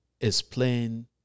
explain